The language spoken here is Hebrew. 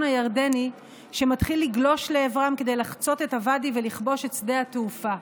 הירדני שמתחיל לגלוש לעברם כדי לחצות את הוואדי ולכבוש את שדה התעופה.